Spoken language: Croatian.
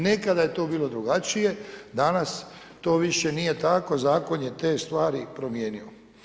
Nekada je to bilo drugačije, danas to više nije tako, zakon je te stvari promijenio.